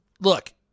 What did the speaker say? look